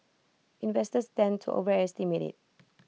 investors tend to overestimate IT